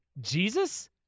Jesus